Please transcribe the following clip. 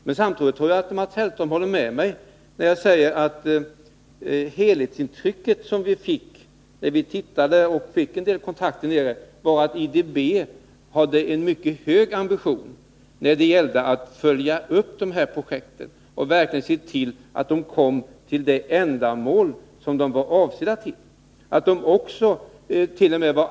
Men samtidigt tror jag att Mats Hellström håller med mig om att det helhetsintryck som vi fick vid de kontakter som vi hade under vår resa var att IDB hade en mycket hög ambition när det gällde att följa upp de här projekten och verkligen se till att pengarna användes till de ändamål som de var avsedda för. Man vart.o.m.